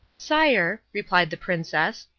sire, replied the princess,